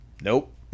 nope